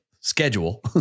schedule